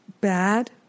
bad